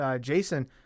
Jason